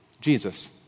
Jesus